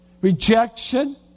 rejection